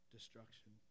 Destruction